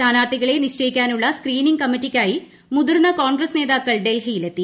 സ്ഥാനാർഥികളെ നിശ്ചയിക്കാനുള്ള screening കമ്മിറ്റിക്കായി മുതിർന്ന കോൺഗ്രസ് നേതാക്കൾ ഡൽഹിയിലെത്തി